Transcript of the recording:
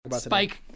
Spike